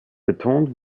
betont